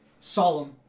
Solemn